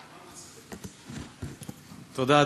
תודה,